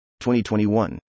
2021